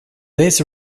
this